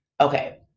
Okay